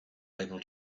able